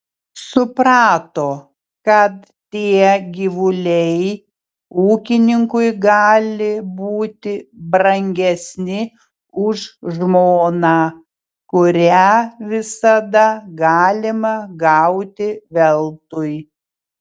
suprato kad tie gyvuliai ūkininkui gali būti brangesni už žmoną kurią visada galima gauti veltui